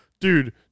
dude